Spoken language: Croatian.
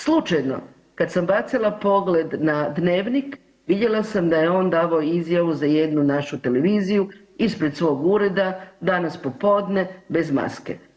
Slučajno kad sam bacila pogled na dnevnik vidjela sam da je on davao izjavu za jednu našu televiziju, ispred svog ureda, danas popodne, bez maske.